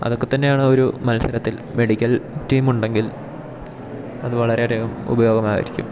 അതൊക്കെ തന്നെയാണ് ഒരു മത്സരത്തിൽ മെഡിക്കൽ ടീമുണ്ടെങ്കിൽ അതു വളരെയൊരു ഉപയോഗമായിരിക്കും